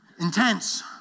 intense